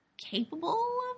capable